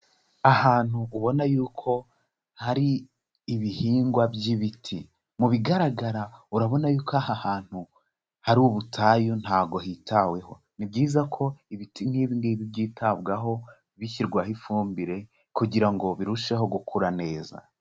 Ahantu ubona yuko hari ibihingwa by'ibiti, mu bigaragara urabona yuko aha hantu hari ubutayu ntago hitaweho, ni byiza ko ibiti nk'ibi ngibi byitabwaho, bishyirwaho ifumbire kugira ngo birusheho gukura neza.